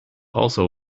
also